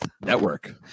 Network